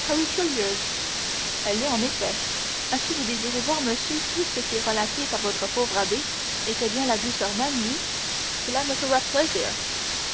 elle l'est en effet ainsi vous désirez voir monsieur tout ce qui est relatif à votre pauvre abbé qui était bien la douceur même lui cela me fera plaisir